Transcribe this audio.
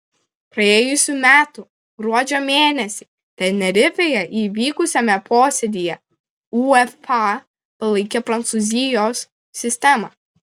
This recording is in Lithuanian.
praėjusių metų gruodžio mėnesį tenerifėje įvykusiame posėdyje uefa palaikė prancūzijos sistemą